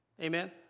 Amen